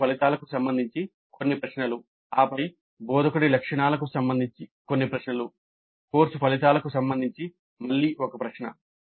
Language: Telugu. కోర్సు ఫలితాలకు సంబంధించి కొన్ని ప్రశ్నలు ఆపై బోధకుడి లక్షణాలకు సంబంధించి కొన్ని ప్రశ్నలు కోర్సు ఫలితాలకు సంబంధించి మళ్ళీ ఒక ప్రశ్న